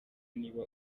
niba